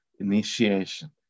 initiation